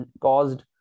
caused